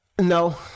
No